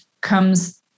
comes